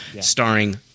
starring